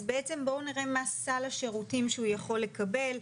אז בעצם בואו נראה מה סל השירותים שהוא יכול לקבל,